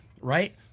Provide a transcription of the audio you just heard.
right